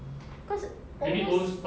cause almost